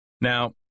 Now